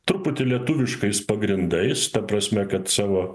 truputį lietuviškais pagrindais ta prasme kad savo